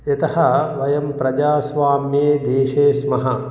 यतः वयं प्रजास्वाम्ये देशे स्मः